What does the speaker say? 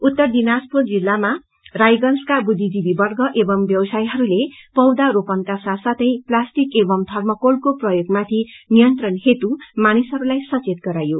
उत्तर दिनाजपुर जिल्लामा रायगंजका बुद्धिजीवी वर्ग एवम ब्यवसायीहरूले पौधा रोप्नको साथ साथै प्लास्टीक एवम थमोकोलको प्रयोगमाथि नियन्त्रणप्रति मानिसहरूलाई सचेत गराइयो